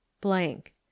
blank